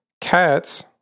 Cats